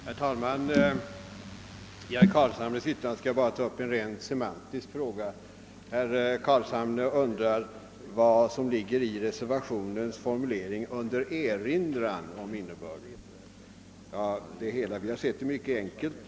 Herr talman! Med anledning av herr Carlshamres yttrande skall jag bara ta upp en rent semantisk fråga. Herr Carlshamre undrar vad som ligger i reservationens formulering »under erinran om innebörden». Vi har sett det mycket enkelt.